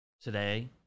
today